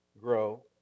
grow